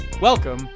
welcome